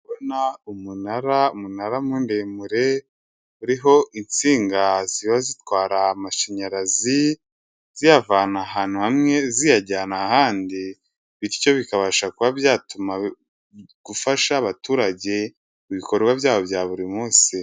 Ndabona umunara umunara muremure uriho insinga ziba zitwara amashanyarazi ziyavana ahantu hamwe ziyajyana ahandi bityo bikabasha kuba byatuma gufasha abaturage ibikorwa byabo bya buri munsi.